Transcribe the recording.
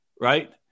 right